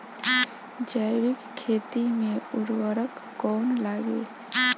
जैविक खेती मे उर्वरक कौन लागी?